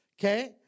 Okay